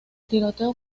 tiroteo